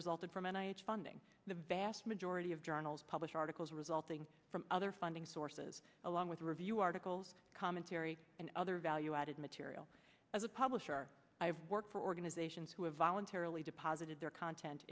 resulted from managed funding the vast majority of journals publish articles resulting from other funding sources along with review articles commentary and other value added material as a publisher i have worked for organizations who have voluntarily deposited their content